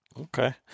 Okay